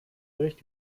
gericht